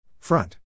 Front